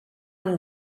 amb